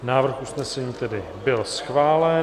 Návrh usnesení byl schválen.